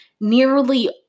nearly